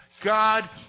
God